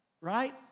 Right